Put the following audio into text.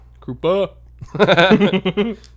Krupa